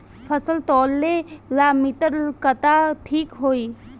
फसल तौले ला मिटर काटा ठिक होही?